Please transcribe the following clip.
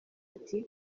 ati